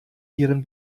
ihren